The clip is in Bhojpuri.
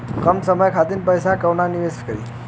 कम समय खातिर के पैसा कहवा निवेश करि?